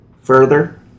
further